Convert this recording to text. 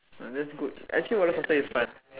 ah that's good actually roller coaster is fun